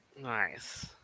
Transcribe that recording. Nice